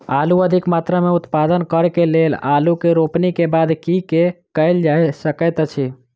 आलु अधिक मात्रा मे उत्पादन करऽ केँ लेल आलु केँ रोपनी केँ बाद की केँ कैल जाय सकैत अछि?